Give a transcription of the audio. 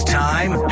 time